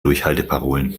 durchhalteparolen